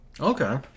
Okay